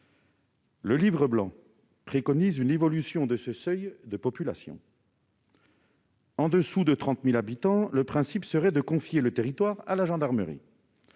Le Livre blanc préconise une évolution de ce seuil de population. Au-dessous de 30 000 habitants, le principe serait de confier le territoire à la gendarmerie.